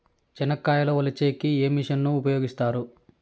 చెనక్కాయలు వలచే కి ఏ మిషన్ ను ఉపయోగిస్తారు?